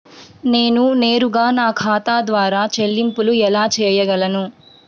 నేను నేరుగా నా ఖాతా ద్వారా చెల్లింపులు ఎలా చేయగలను?